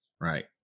Right